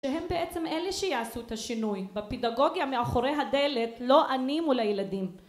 שהם בעצם אלה שיעשו את השינוי בפידגוגיה מאחורי הדלת, לא אני מול הילדים